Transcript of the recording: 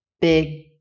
big